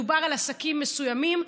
מדובר על עסקים מסוימים,